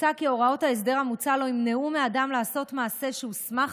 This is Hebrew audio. מוצע כי הוראות ההסדר המוצע לא ימנעו מאדם לעשות מעשה שהוסמך